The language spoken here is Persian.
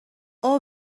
اوه